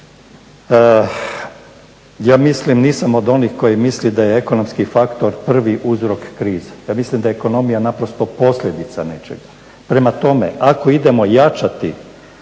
ja mislim nisam od onih koji misli da je ekonomski faktor prvi uzrok krize. Ja mislim da je ekonomija naprosto posljedica nečega. Prema tome, ako idemo jačati